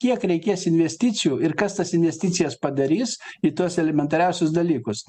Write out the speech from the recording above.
kiek reikės investicijų ir kas tas investicijas padarys į tuos elementariausius dalykus